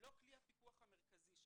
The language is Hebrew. היא לא כלי הפיקוח המרכזי שלי,